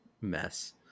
mess